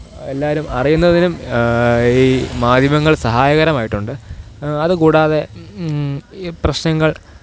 എല്ലാവരും അറിയുന്നതിനും ഈ മാധ്യമങ്ങള് സഹായകരമായിട്ടുണ്ട് അതുകൂടാതെ ഈ പ്രശ്നങ്ങള്